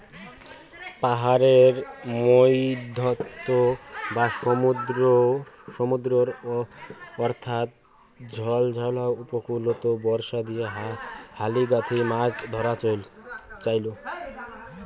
পাহাড়ের মইধ্যত বা সমুদ্রর অথাও ঝলঝলা উপকূলত বর্ষা দিয়া হালি গাঁথি মাছ ধরার চইল